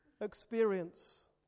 experience